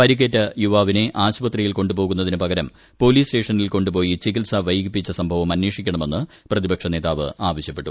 പരിക്കേറ്റ യുവാവിനെ ആശുപത്രിയിൽ കൊണ്ട് പോകുന്നുതീനൂ പകരം പോലീസ് സ്റ്റേഷനിൽ കൊണ്ട് പോയി ചിക്രിത്സ് വൈകിപ്പിച്ച സംഭവം അന്വേഷിക്കണമെന്നു പ്രതിപക്ഷി നേ്താവ് ആവശ്യപ്പെട്ടു